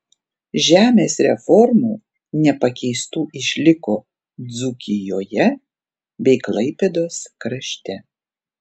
žemės reformų nepakeistų išliko dzūkijoje bei klaipėdos krašte